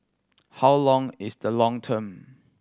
how long is the long term